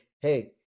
Hey